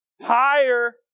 higher